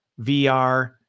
VR